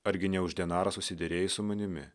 argi ne už denarą susiderėjai su manimi